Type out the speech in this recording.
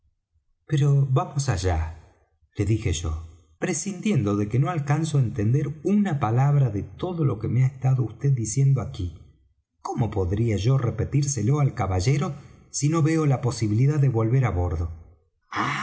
pero vamos allá le dije yo prescindiendo de que no alcanzo á entender una palabra de todo lo que me ha estado vd diciendo aquí cómo podría yo repetírselo al caballero si no veo la posibilidad de volver á bordo